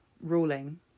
ruling